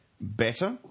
better